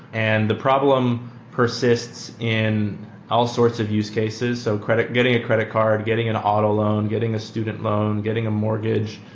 and the problem persists in all sorts of use cases. so getting a credit card, getting an auto loan, getting a student loan, getting a mortgage,